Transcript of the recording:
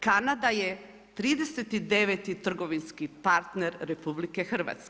Kanada je 39. trgovinski partner RH.